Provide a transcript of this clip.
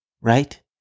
Right